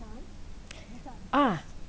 ah